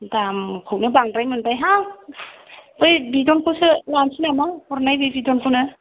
दामखौनो बांद्राय मोनबाय हां बै बिदनखौसो लानसै नामा हरनाय बे बिदनखौनो